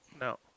No